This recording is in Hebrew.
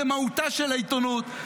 זו מהותה של העיתונות.